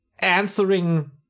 answering